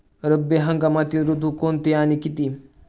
रब्बी हंगामातील ऋतू कोणते आणि किती?